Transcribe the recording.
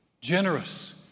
generous